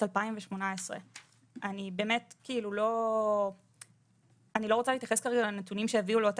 2018. אני לא רוצה להתייחס כרגע לנתונים שהביאו לאותה